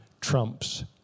trumps